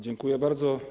Dziękuję bardzo.